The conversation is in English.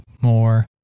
more